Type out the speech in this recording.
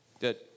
Good